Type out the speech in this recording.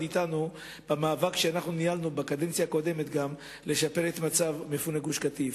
אתנו במאבק שניהלנו גם בקדנציה הקודמת לשפר את מצב מפוני גוש-קטיף.